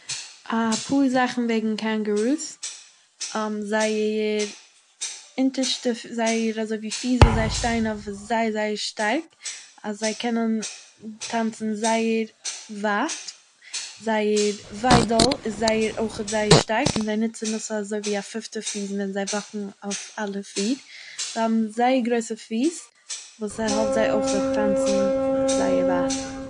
אפאהר זאכן וועגן קעינגעראז זייער אינטערשטע זייער אזוי ווי פיס וואס זיי שטייען אויף איז זייער זייער שטארק אז זיי קענען טאנצען זייער ווייט, זייער וויידל איז זייער אויכעט זייער שטארק און זיי נוצן עס אזוי ווי א פיפטע פיס ווען זיי וואקן אויף אלע פיר, זיי האבן זייער גרויסע פיס וואס ס'העלפט זיי אויכעט טאנצען זייער ווייט.